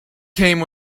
came